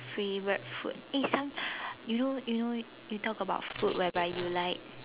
favorite food eh some you know you know you talk about food whereby you like